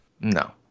No